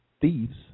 thieves